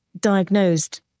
diagnosed